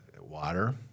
water